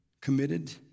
committed